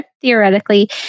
theoretically